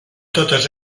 totes